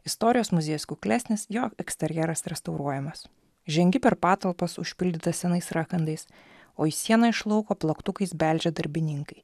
istorijos muziejus kuklesnis jo eksterjeras restauruojamas žengi per patalpas užpildytas senais rakandais o į sieną iš lauko plaktukais beldžia darbininkai